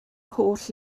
holl